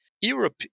Europe